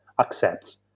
accepts